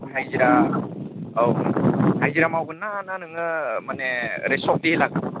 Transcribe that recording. ओमफाय नों हाजिरा औ हाजिरा मावगोन ना ना नोङो ओरै सक्ति लागोन